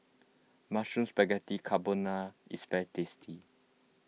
Mushroom Spaghetti Carbonara is very tasty